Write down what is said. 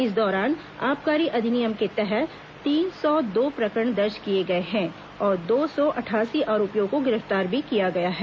इस दौरान आबकारी अधिनियम के तहत तीन सौ दो प्रकरण दर्ज किए गए हैं और दो सौ अठासी आरोपियों को गिरफ्तार भी किया गया है